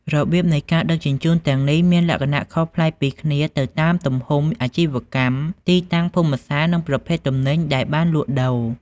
របៀបនៃការដឹកជញ្ជូនទាំងនេះមានលក្ខណៈខុសប្លែកពីគ្នាទៅតាមទំហំអាជីវកម្ម ទីតាំងភូមិសាស្ត្រ និងប្រភេទទំនិញដែលបានលក់ដូរ។